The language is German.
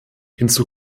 hinzu